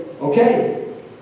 okay